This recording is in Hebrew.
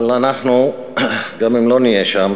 אבל אנחנו, גם אם לא נהיה שם,